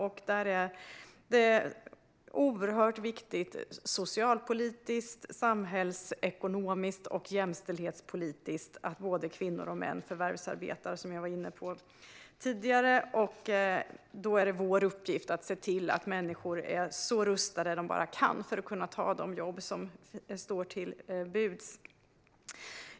Det är oerhört viktigt - socialpolitiskt, samhällsekonomiskt och jämställdhetspolitiskt - att både kvinnor och män förvärvsarbetar, som jag var inne på tidigare. Då är det vår uppgift att se till att människor är så väl rustade de bara kan vara för att ta de jobb som står till buds.